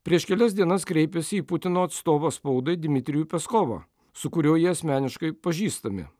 prieš kelias dienas kreipėsi į putino atstovą spaudai dmitrijų peskovą su kuriuo jie asmeniškai pažįstami